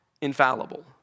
infallible